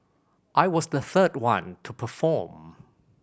I was the third one to perform